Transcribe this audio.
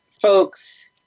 folks